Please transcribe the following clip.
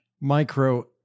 Micro